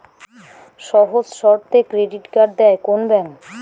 সহজ শর্তে credit card দেয় কোন ব্যাংক?